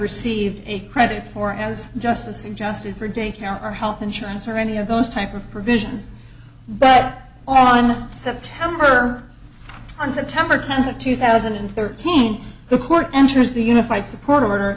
received a credit for as just a suggested for daycare or health insurance or any of those type of provisions but all in september on september tenth of two thousand and thirteen the court enters the unified support order